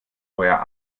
euer